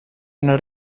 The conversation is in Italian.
una